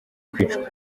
kwicwa